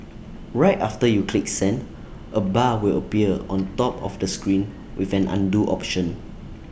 right after you click send A bar will appear on top of the screen with an Undo option